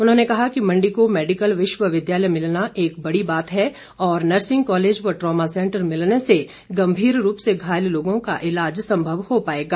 उन्होंने कहा कि मंडी को मैडिकल विश्वविद्यालय मिलना एक बड़ी बात है और नर्सिंग कॉलेज व ट्रामा सैंटर मिलने से गंभीर रूप से घायल लोगें का इलाज संभव हो पाएगा